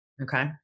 Okay